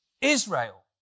Israel